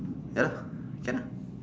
ya lah can lah